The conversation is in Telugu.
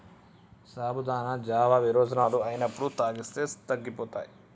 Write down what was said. సాబుదానా జావా విరోచనాలు అయినప్పుడు తాగిస్తే తగ్గిపోతాయి